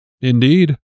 Indeed